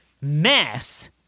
mass